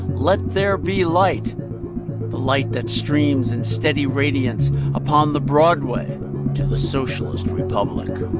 let there be light the light that streams in steady radiance upon the broadway to the socialist republic